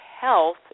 Health